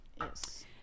Yes